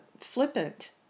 flippant